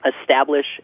establish